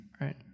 right